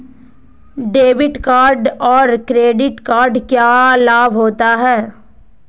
Debit card और credit card क्या लाभ होता है?